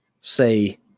Say